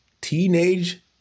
Teenage